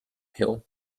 hill